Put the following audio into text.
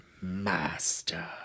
master